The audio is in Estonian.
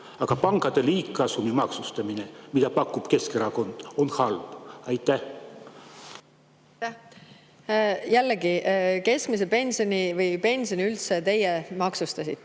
aga pankade liigkasumi maksustamine, mida pakub Keskerakond, on halb? Aitäh! Jällegi, keskmise pensioni või pensioni üldse teie maksustasite.